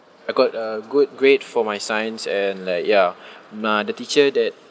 I got a good grade for my science and like ya uh the teacher that